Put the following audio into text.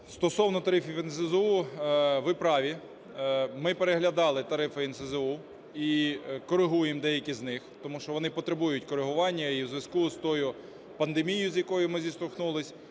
Стосовно тарифів НСЗУ Ви праві, ми переглядали тарифи НСЗУ і коригуємо деякі з них, тому що вони потребують коригування у зв'язку з тою пандемією, з якою ми зіштовхнулися,